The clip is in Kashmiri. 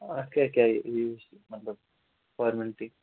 اَتھ کیٛاہ کیٛاہ یہِ حظ چھِ مطلب فارمَلٹی